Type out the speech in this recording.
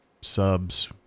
subs